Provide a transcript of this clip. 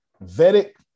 Vedic